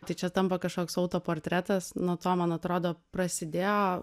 tai čia tampa kažkoks autoportretas nuo to man atrodo prasidėjo